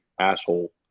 asshole